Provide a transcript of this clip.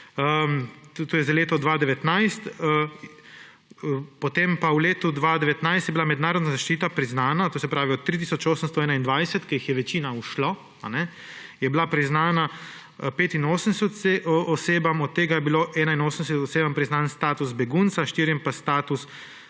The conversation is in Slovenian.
To je za leto 2019. V letu 2019 je bila mednarodna zaščita priznana, to se pravi od 3 tisoč 821, od katerih jih je večina ušla, je bila priznana 85 osebam, od tega je bilo 81 osebam priznan status begunca, 4 pa status